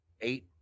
eight